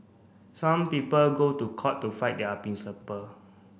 some people go to court to fight their principle